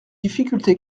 difficulté